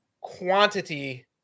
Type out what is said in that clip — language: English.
quantity